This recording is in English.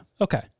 okay